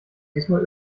diesmal